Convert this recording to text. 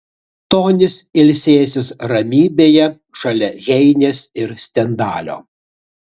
tonis ilsėsis ramybėje šalia heinės ir stendalio